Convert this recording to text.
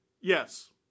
Yes